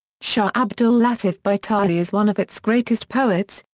shah abdul latif bhita'i is one of its greatest poets,